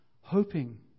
hoping